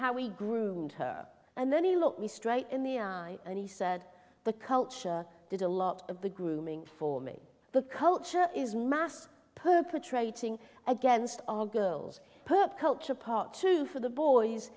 how we groomed her and then he looked me straight in the eye and he said the culture did a lot of the grooming for me but culture is mass perpetrating against our girls per culture part two for the boys